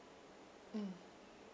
mm